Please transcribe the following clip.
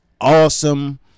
awesome